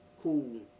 cool